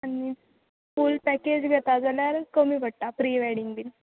आनी full package घेता जाल्यार कमी पडटा प्रि वेडींग बीन